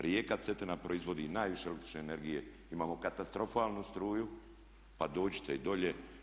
Rijeka Cetina proizvodi i najviše električne energije, imamo katastrofalnu struju pa dođite i dolje.